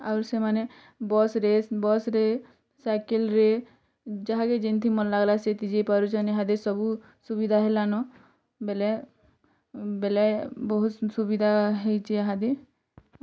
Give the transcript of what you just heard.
ଆହୁରି ସେମାନେ ବସ୍ରେ ବସ୍ରେ ସାଇକେଲ୍ରେ ଯାହାକେ ଯେନ୍ଥିଁ ମନ୍ ଲାଗ୍ଲା ସେଥି ଯେଇଁପାରୁଛଁନ୍ ଏହାଦେ ସବୁ ସୁବିଧା ହେଲାନ ବେଲେ ବେଲେ ବହୁତ୍ ସୁବିଧା ହୋଇଛି ଏହାଦି